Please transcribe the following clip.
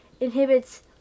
inhibits